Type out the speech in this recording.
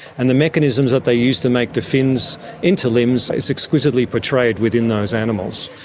and the mechanisms that they use to make the fins into limbs is exquisitely portrayed within those animals.